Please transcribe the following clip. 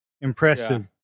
Impressive